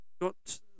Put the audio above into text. got